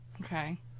Okay